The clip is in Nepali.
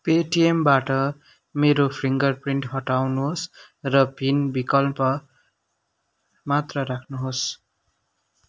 पेटिएमबाट मेरो फिङ्गरप्रिन्ट हटाउनुहोस् र पिन विकल्प मात्र राख्नुहोस्